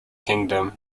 kingdom